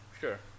Sure